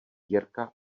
jirka